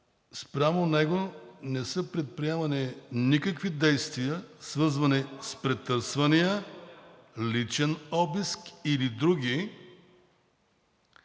спрямо него не са предприемани никакви действия, свързани с претърсвания, личен обиск или други